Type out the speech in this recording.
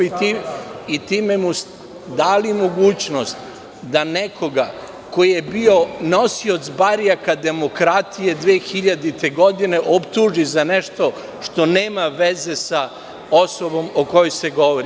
Time ste mu dali mogućnost da nekoga ko je bio nosilac barjaka demokratije 2000. godine optuži za nešto što nema veze sa osobom o kojoj se govori.